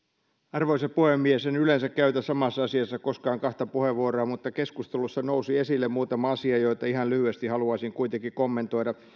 arvoisa puhemies en yleensä koskaan käytä samassa asiassa kahta puheenvuoroa mutta keskustelussa nousi esille muutama asia joita ihan lyhyesti haluaisin kuitenkin kommentoida